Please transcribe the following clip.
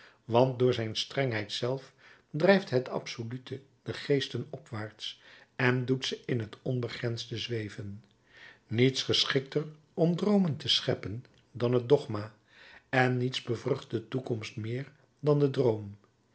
want door zijn strengheid zelf drijft het absolute de geesten opwaarts en doet ze in het onbegrensde zweven niets geschikter om droomen te scheppen dan het dogma en niets bevrucht de toekomst meer dan de droom